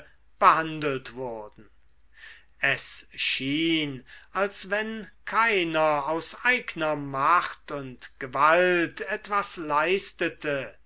behandelt wurden es schien als wenn keiner aus eigner macht und gewalt etwas leistete